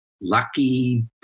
lucky